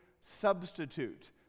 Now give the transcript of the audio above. substitute